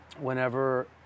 whenever –